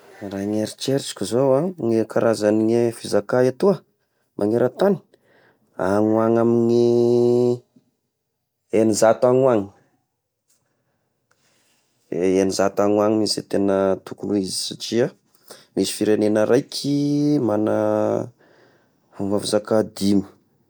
Raha ny eritreritroko izao ah ny karazagny fizakà, etoà magneran-tagny agny ho agny amin'gny egnizato agny ho agny, egnizato any ho agny misy tegna tokogny ho izy satria misy firegnena raiky magna fomba fizaka dimy.